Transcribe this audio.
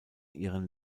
ihren